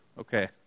Okay